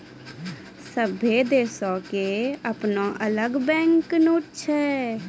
सभ्भे देशो के अपनो अलग बैंक नोट छै